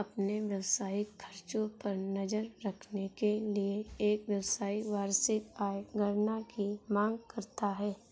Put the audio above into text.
अपने व्यावसायिक खर्चों पर नज़र रखने के लिए, एक व्यवसायी वार्षिक आय गणना की मांग करता है